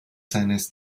seines